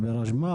ברשום?